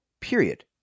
period